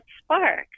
spark